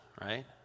right